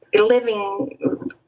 living